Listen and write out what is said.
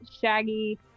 shaggy